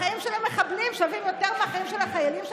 החיילים של המחבלים שווים יותר מהחיים של החיילים שלנו,